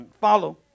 follow